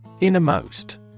Innermost